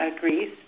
Greece